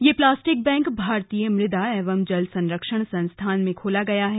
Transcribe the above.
यह plastic bank भारतीय मृदा एवं जल संरक्षण संस्थान में खोला गया है